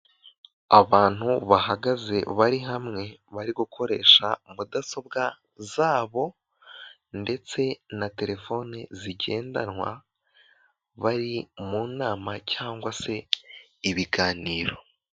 Abantu bahagaze bari hamwe bari gukoresha mudasobwa zabo ndetse na telefone zigendanwa, bari mu nama cyangwa se ibiganiro.